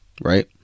Right